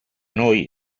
noi